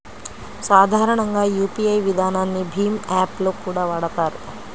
సాధారణంగా యూపీఐ విధానాన్ని భీమ్ యాప్ లో కూడా వాడతారు